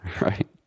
Right